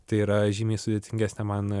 tai yra žymiai sudėtingesnė mano